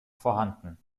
vorhanden